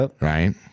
right